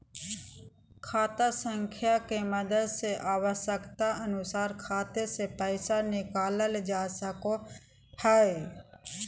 खाता संख्या के मदद से आवश्यकता अनुसार खाते से पैसा निकालल जा सको हय